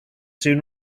soon